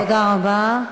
תודה רבה.